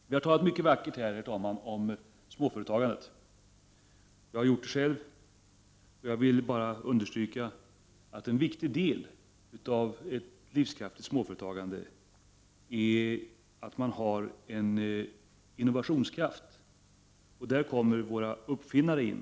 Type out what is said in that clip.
Vi har talat mycket vackert om småföretagandet. Det har jag själv också Prot. 1989/90:45 gjort. Jag vill bara understryka att en viktig del i ett livskraftigt småföreta 13 december 1989 gande är att man har en innovationskraft. Där kommer våra uppfinnare in.